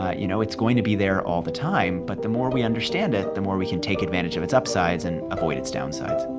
ah you know, it's going to be there all the time. but the more we understand it, the more we can take advantage of its upsides and avoid its downsides